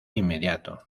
inmediato